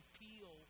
feel